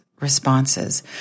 responses